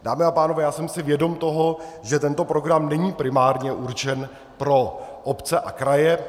Dámy a pánové, já jsem si vědom toho, že tento program není primárně určen pro obce a kraje.